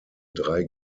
drei